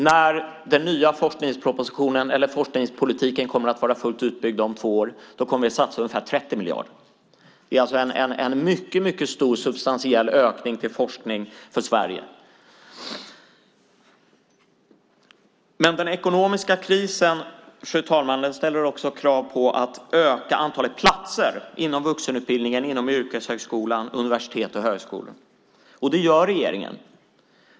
När den nya forskningspolitiken kommer att vara fullt utbyggd om två år kommer vi att satsa ungefär 30 miljarder. Det är en mycket stor substantiell ökning till forskningen i Sverige. Den ekonomiska krisen, fru talman, ställer också krav på att öka antalet platser inom vuxenutbildningen, yrkeshögskolan, universiteten och högskolorna. Det gör regeringen.